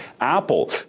Apple